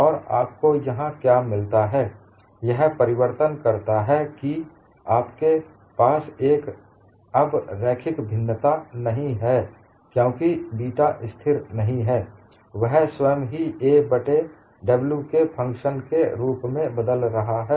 और आपको यहाँ क्या मिलता है यह परिवर्तन करता है कि आपके पास अब एक रैखिक भिन्नता नही है क्योंकि बीटा स्थिर नहीं है वह स्वयं ही a बट्टे w के फंक्शन के रूप में बदल रहा है